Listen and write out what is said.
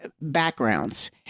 backgrounds